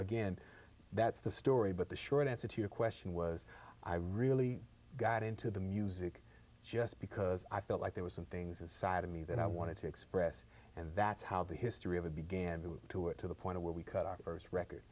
again that's the story but the short answer to your question was i really got into the music just because i felt like there were some things inside of me that i wanted to express and that's how the history of it began to do it to the point to where we cut our first record